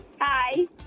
Hi